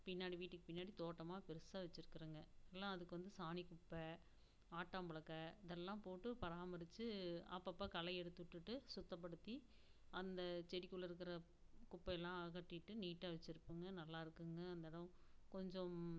பின்னாடி வீட்டுக்கு பின்னாடி தோட்டமாக பெருசாக வச்சிருக்குறோங்க எல்லாம் அதுக்கு வந்து சாணி குப்பை ஆட்டாம்புழுக்கை இதெல்லாம் போட்டு பராமரித்து அப்போ அப்போ களை எடுத்து விட்டுட்டு சுத்தம் படுத்தி அந்த செடிக்குள்ளருக்கிற குப்பைல்லாம் அகட்டிட்டு நீட்டாக வச்சிருப்பாங்க நல்லாயிருக்குங்க அந்த எடம் கொஞ்சம்